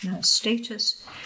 status